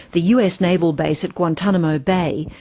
the us naval base at guantanamo bay,